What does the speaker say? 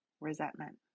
resentment